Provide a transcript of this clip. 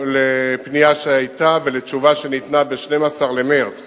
לפנייה שהיתה ולתשובה שניתנה ב-12 במרס